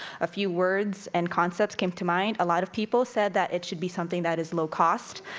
a few words and concepts came to mind. a lot of people said that it should be something that is low-cost,